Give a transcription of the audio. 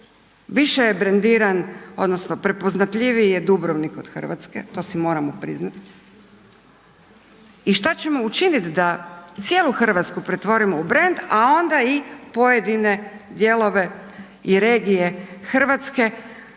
više je brendiran, odnosno prepoznatljiviji je Dubrovnik od Hrvatske, to si moramo priznati. I šta ćemo učiniti da cijelu Hrvatsku pretvorimo u brend a onda i pojedine dijelove i regije Hrvatske